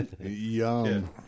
Yum